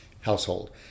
household